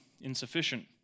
insufficient